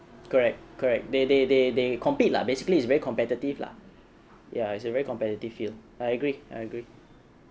correct correct they they they they compete lah basically it's very competitive lah ya it's a very competitive field I agree I agree